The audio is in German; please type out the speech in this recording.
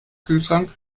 kühlschrank